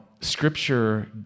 scripture